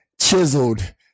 chiseled